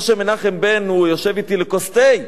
לא שמנחם בן יושב אתי לכוס תה,